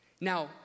Now